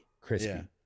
crispy